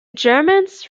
germans